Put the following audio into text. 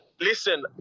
Listen